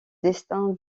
destin